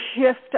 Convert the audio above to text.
shift